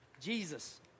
Jesus